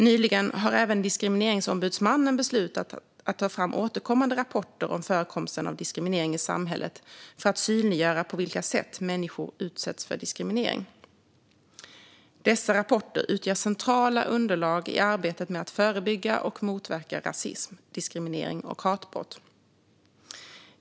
Nyligen har även Diskrimineringsombudsmannen beslutat att ta fram återkommande rapporter om förekomsten av diskriminering i samhället för att synliggöra på vilka sätt människor utsätts för diskriminering. Dessa rapporter utgör centrala underlag i arbetet med att förebygga och motverka rasism, diskriminering och hatbrott.